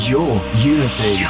YourUnity